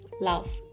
love